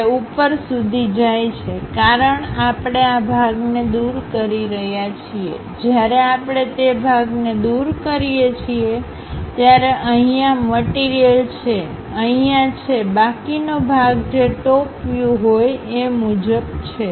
તે ઉપર સુધી જાય છેકારણ આપણે આ ભાગને દૂર કરી રહ્યા છીએ જ્યારે આપણે તે ભાગને દૂર કરીએ છીએ ત્યારે અહીયા મટીરીયલછે અહીયા છેબાકીનો ભાગ જે ટોપ વ્યુહોય એ મુજબ છે